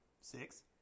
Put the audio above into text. six